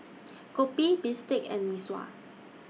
Kopi Bistake and Mee Sua